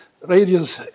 radius